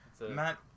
Matt